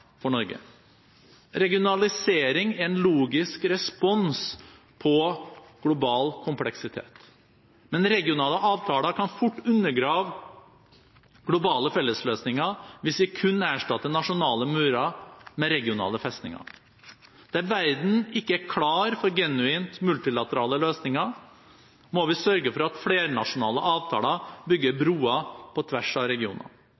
for Norge. Regionalisering er en logisk respons på global kompleksitet. Men regionale avtaler kan fort undergrave globale fellesløsninger hvis vi kun erstatter nasjonale murer med regionale festninger. Der verden ikke er klar for genuint multilaterale løsninger, må vi sørge for at flernasjonale avtaler bygger broer på tvers av regioner